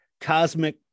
Cosmic